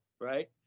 right